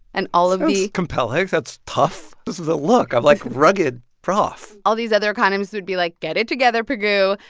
and all of the. that's compelling. that's tough. this is a look of, like, rugged prof all these other economists would be like, get it together, pigou.